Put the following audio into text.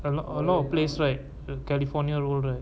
a lot a lot of place right the california roll right